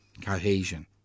cohesion